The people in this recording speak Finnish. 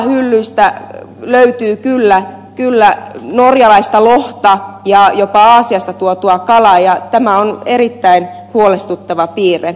kalahyllyistä löytyy kyllä norjalaista lohta ja jopa aasiasta tuotua kalaa ja tämä on erittäin huolestuttava piirre